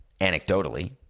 anecdotally